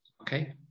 Okay